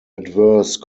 adverse